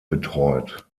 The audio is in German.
betreut